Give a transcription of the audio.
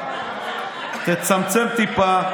תצמצם טיפה,